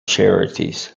charities